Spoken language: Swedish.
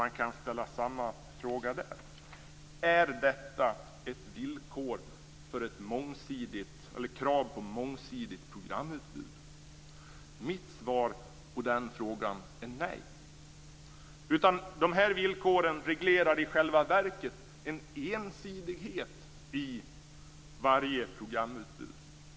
Man kan ställa samma fråga där. Är detta villkor som skapar ett mångsidigt programutbud? Mitt svar på den frågan är nej. Dessa villkor reglerar i själva verket en ensidighet i varje programutbud.